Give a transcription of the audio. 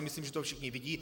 Myslím si, že to všichni vidí.